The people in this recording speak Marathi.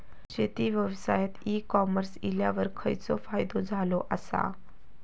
शेती व्यवसायात ई कॉमर्स इल्यावर खयचो फायदो झालो आसा?